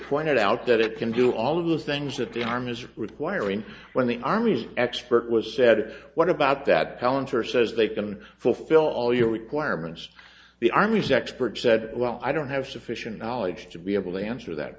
pointed out that it can do all of the things that the army is requiring when the army is expert was said what about that balance or says they can fulfill all your requirements the army's expert said well i don't have sufficient knowledge to be able to answer that